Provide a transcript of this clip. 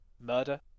murder